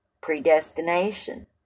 Predestination